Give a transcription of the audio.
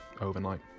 overnight